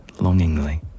longingly